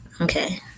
Okay